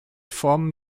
formen